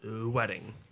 wedding